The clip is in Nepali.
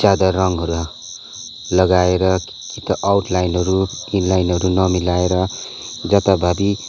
ज्यादा रङ्गहरू लगाएर कि त आउट लाइनहरू इन लाइनहरू नमिलाएर जताभावी